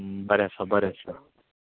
बरें आसा बरें आसा